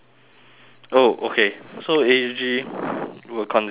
oh okay so A_S_G will consist of